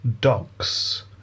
dogs